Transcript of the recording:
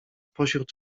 pośród